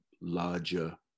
larger